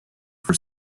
for